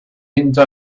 into